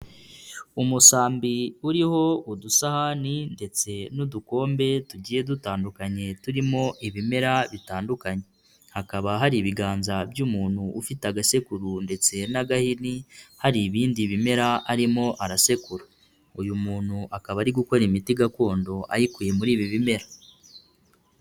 Umusambi uriho udusahani ndetse n'udukombe tugiye dutandukanye turimo ibimera bitandukanye, hakaba hari ibiganza by'umuntu ufite agasekuru ndetse n'agahini, hari ibindi bimera arimo arasekura, uyu muntu akaba ari gukora imiti gakondo ayikuye muri ibi bimera.